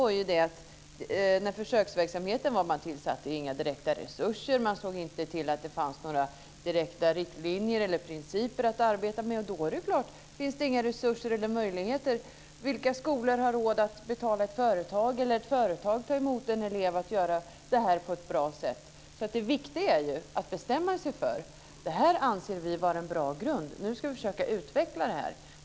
Man tillsatte inga direkta resurser till försöksverksamheten, och man såg inte till att det fanns några direkta riktlinjer eller principer att arbeta efter. Om det inte finns några resurser eller möjligheter är det klart att man kan fråga sig vilka skolor som har råd att betala ett företag för att ta emot en elev och att genomföra utbildningen på ett bra sätt. Det viktiga är att bestämma sig och säga: Detta anser vi vara en bra grund, och nu ska vi försöka utveckla det.